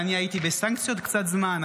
ואני הייתי בסנקציות קצת זמן,